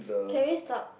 can we stop